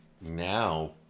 now